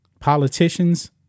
Politicians